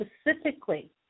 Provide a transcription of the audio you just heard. specifically